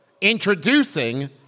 introducing